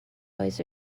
boys